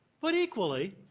but equally,